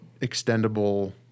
extendable